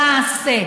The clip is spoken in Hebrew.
למעשה,